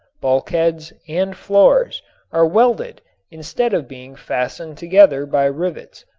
bulkheads and floors are welded instead of being fastened together by rivets.